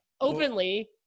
openly